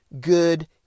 good